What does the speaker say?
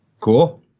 cool